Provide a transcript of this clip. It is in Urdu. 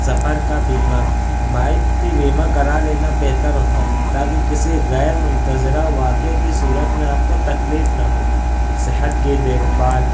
سفر کا بیمہ بائک کی بیمہ کرا لینا بہتر ہوتا ہے تاکہ کسی غیر منتظرہ واقعے کی صورت میں آپ کو تکلیف نہ ہو صحت کی دیکھ بھال